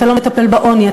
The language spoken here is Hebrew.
אתה לא מטפל בעוני,